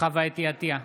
חוה אתי עטייה,